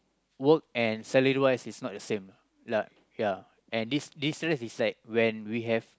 work and salary wise is not the same lah ya and this this stress is like when we have